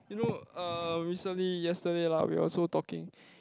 you know uh recently yesterday lah we also talking